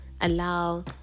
allow